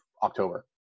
october